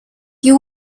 you